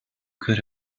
could